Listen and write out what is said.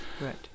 Right